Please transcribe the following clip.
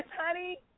honey